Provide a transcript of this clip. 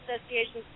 associations